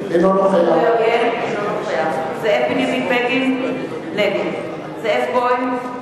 אינו נוכח זאב בנימין בגין, נגד זאב בוים,